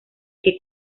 que